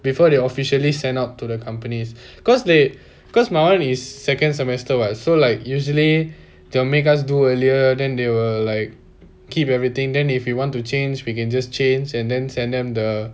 before they officially send out to the company's because they because my [one] is second semester what so like usually they will make us do earlier then they will like keep everything then if you want to change we can just change and then send them the